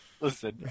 Listen